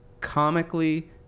comically